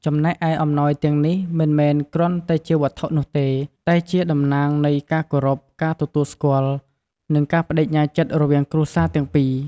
ចំណែកឯ អំណោយទាំងនេះមិនមែនគ្រាន់តែជាវត្ថុនោះទេ តែជាតំណាងនៃការគោរព ការទទួលស្គាល់ និងការប្ដេជ្ញាចិត្តរវាងគ្រួសារទាំងពីរ។